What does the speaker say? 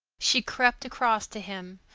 she crept across to him,